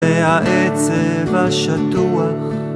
והעצב השטוח